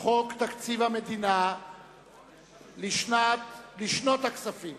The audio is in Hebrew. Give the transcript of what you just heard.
חוק תקציב המדינה לשנות הכספים